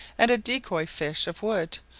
and a decoy-fish of wood,